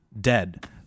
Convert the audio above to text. dead